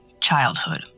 childhood